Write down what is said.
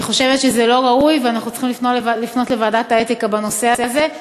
אני חושבת שזה לא ראוי ואנחנו צריכים לפנות לוועדת האתיקה בנושא הזה.